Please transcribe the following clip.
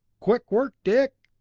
quick work, dick!